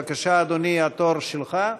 בבקשה, אדוני, התור שלך,